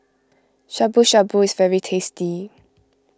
Shabu Shabu is very tasty